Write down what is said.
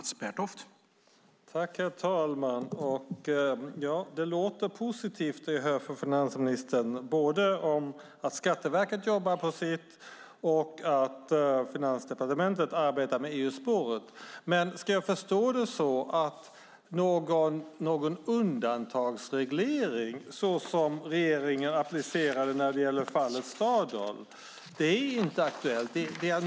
Herr talman! Det här låter positivt från finansministern, både att Skatteverket jobbar på sitt och att Finansdepartementet arbetar med EU-spåret. Ska jag förstå det så att någon undantagsreglering, som regeringen applicerade när det gällde Stardoll, inte är aktuell?